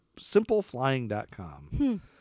SimpleFlying.com